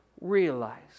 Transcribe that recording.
realize